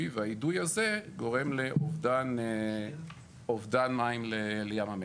והאידוי הזה גורם לאובדן מים לים המלח.